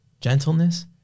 gentleness